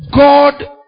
God